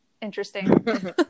interesting